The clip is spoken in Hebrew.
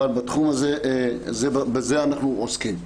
אבל בתחום הזה בזה אנחנו עוסקים.